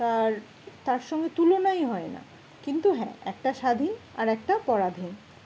তার তার সঙ্গে তুলনাই হয় না কিন্তু হ্যাঁ একটা স্বাধীন আর একটা পরাধীন